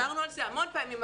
דיברנו על זה המון פעמים,